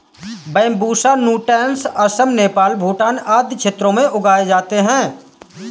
Bambusa nutans Assam, Nepal, Bhutan आदि क्षेत्रों में उगाए जाते है